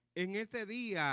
it was the the